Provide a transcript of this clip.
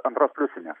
antros pliusinės